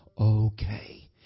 okay